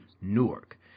newark